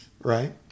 right